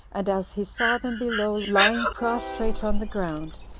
and as he saw them below lying prostrate on the ground,